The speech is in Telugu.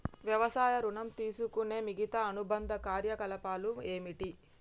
వ్యవసాయ ఋణం తీసుకునే మిగితా అనుబంధ కార్యకలాపాలు ఏమిటి?